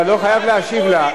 תגידו את האמת.